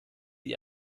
die